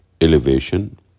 elevation